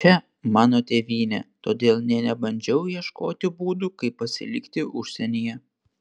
čia mano tėvynė todėl nė nebandžiau ieškoti būdų kaip pasilikti užsienyje